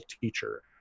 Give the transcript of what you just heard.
teacher